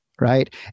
right